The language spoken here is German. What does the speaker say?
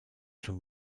schon